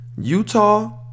Utah